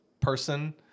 person